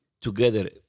together